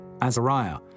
Azariah